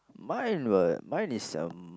mine were mine is um